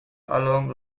along